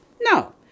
No